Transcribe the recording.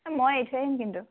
এ মই এৰি থৈ আহিম কিন্তু